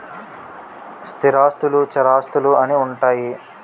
స్థిరాస్తులు చరాస్తులు అని ఉంటాయి